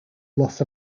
loss